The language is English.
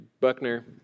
Buckner